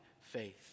faith